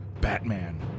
Batman